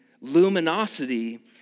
luminosity